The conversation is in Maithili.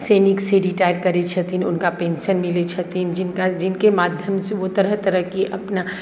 सैनिक से रिटायर करै छथिन हुनका पेन्शन मिलै छथिन जिनका जिनके माध्यम सँ ओ तरह तरह के अपना